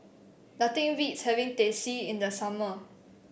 nothing beats having Teh C in the summer